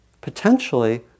potentially